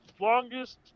longest